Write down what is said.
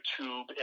YouTube